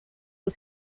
who